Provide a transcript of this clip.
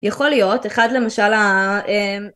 יכול להיות אחד למשל ה..